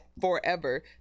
forever